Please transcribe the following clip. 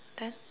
then